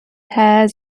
has